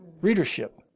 readership